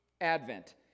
Advent